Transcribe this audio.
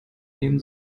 nehmen